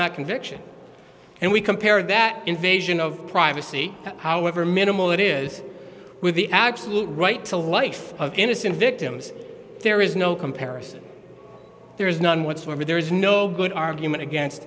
not conviction and we compare that invasion of privacy however minimal it is with the absolute right to life of innocent victims there is no comparison there is none whatsoever there is no good argument against